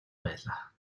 байлаа